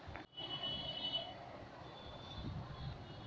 गाछक पात आ गोबर के मिला क जैविक खाद तैयार कयल जाइत छै